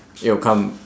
it will come